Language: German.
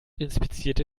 inspizierte